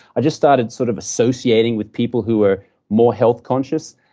i just started sort of associating with people who were more health-conscious.